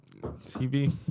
TV